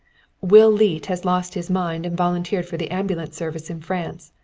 will leete has lost his mind and volunteered for the ambulance service in france.